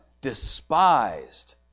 despised